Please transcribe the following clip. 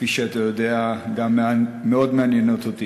שכפי שאתה יודע גם מאוד מעניינות אותי.